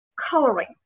coloring